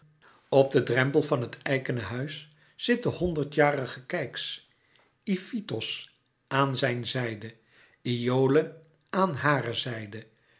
op den drempel van het eikene huis zit de honderdjarige keyx ifitos aan zijn zijde iole aan hàre zijde